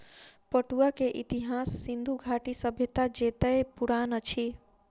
पटुआ के इतिहास सिंधु घाटी सभ्यता जेतै पुरान अछि